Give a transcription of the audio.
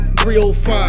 305